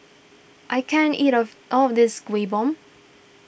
I can't eat of all of this Kuih Bom